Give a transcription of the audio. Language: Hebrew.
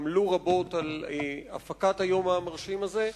שעמלו רבות על הפקת היום המרשים הזה.